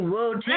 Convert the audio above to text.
World